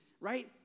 right